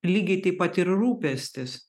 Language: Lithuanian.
lygiai taip pat ir rūpestis